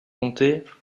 compter